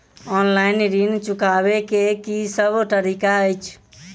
Online ऋण चुकाबै केँ की सब तरीका अछि?